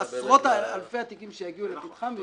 עשרות אלפי התיקים שיגיעו לפתחם.